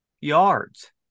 yards